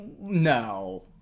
no